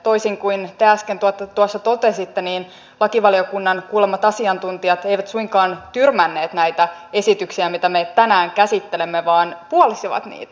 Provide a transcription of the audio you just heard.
toisin kuin te äsken tuossa totesitte niin lakivaliokunnan kuulemat asiantuntijat eivät suinkaan tyrmänneet näitä esityksiä mitä me tänään käsittelemme vaan puolustivat niitä